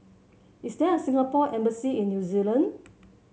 is there a Singapore Embassy in New Zealand